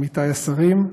עמיתי השרים,